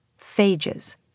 phages